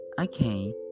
Okay